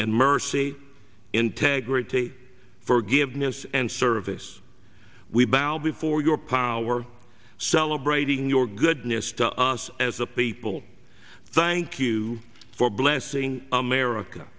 and mercy integrity forgiveness and service we bow before your power celebrating your goodness to us as a people thank you for blessing america